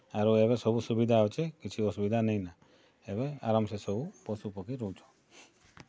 ଆରୁ ଏବେ ସବୁ ସୁବିଧା ଅଛେ କିଛି ଅସୁବିଧା ନାଇଁନି ଏବେ ଆରମସେ ସବୁ ପଶୁ ପକ୍ଷୀ ରହୁଛନ୍